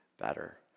better